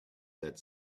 that